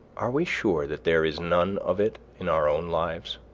are we sure that there is none of it in our own lives?